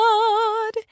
God